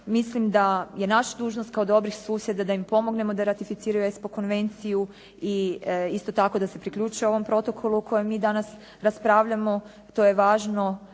Mislim da je naša dužnost kao dobrih susjeda da im pomognemo da ratificiraju ESPO konvenciju i isto tako da se priključe ovom protokolu o kojem mi danas raspravljamo. To je važno